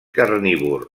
carnívor